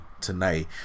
tonight